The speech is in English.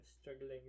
struggling